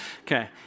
Okay